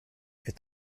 est